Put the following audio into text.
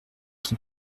qui